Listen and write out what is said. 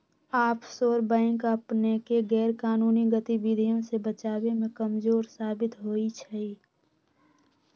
offshore bank अपनेके गैरकानूनी गतिविधियों से बचाबे में कमजोर साबित होइ छइ